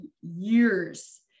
years